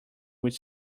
which